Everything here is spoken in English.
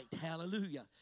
hallelujah